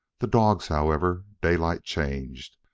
the dogs, however, daylight changed,